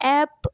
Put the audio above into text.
app